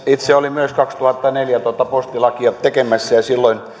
itse olin myös kaksituhattaneljä tuota postilakia tekemässä ja silloin